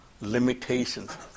limitations